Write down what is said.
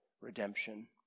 redemption